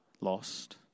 lost